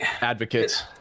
Advocates